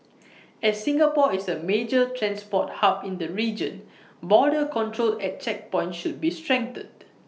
as Singapore is A major transport hub in the region border control at checkpoints should be strengthened